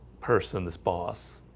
person this boss